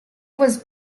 was